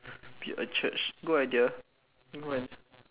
build a church good idea good one